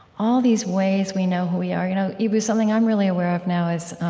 all these ways we know who we are you know eboo, something i'm really aware of now is